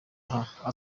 aha